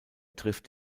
trifft